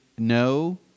No